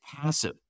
passive